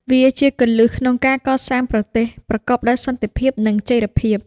វាជាគន្លឹះក្នុងការកសាងប្រទេសប្រកបដោយសន្តិភាព និងចីរភាព។